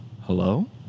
hello